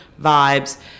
vibes